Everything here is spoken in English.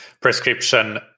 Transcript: prescription